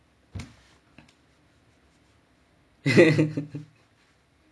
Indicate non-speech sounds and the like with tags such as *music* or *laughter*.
*laughs*